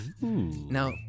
Now